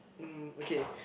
um okay